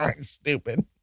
stupid